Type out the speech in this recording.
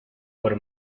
por